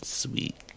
sweet